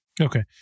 Okay